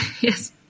Yes